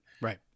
right